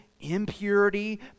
impurity